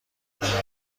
علاقه